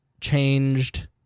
changed